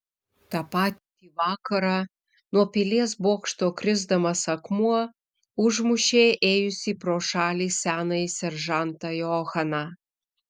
tą patį vakarą nuo pilies bokšto krisdamas akmuo užmušė ėjusį pro šalį senąjį seržantą johaną